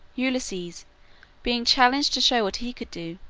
ulysses being challenged to show what he could do,